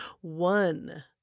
one